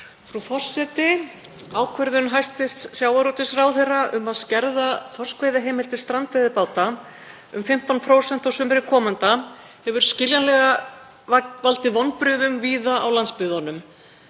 Frú forseti. Ákvörðun hæstv. sjávarútvegsráðherra um að skerða þorskveiðiheimildir strandveiðibáta um 15% á sumri komanda hefur skiljanlega valdið vonbrigðum víða á landsbyggðunum.